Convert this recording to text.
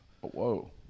Whoa